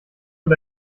und